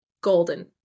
Golden